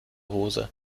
hose